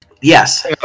Yes